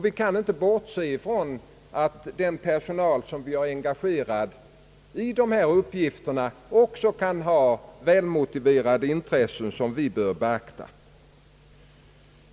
Vi kan inte bortse från att den personal — som vi har engagerat i dessa uppgifter — också kan ha välmotiverade intressen som vi bör beakta.